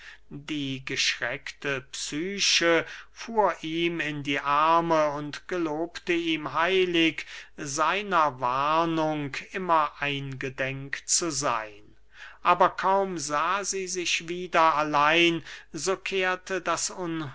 die geschreckte psyche fuhr ihm in die arme und gelobte ihm heilig seiner warnung immer eingedenk zu seyn aber kaum sah sie sich wieder allein so kehrte das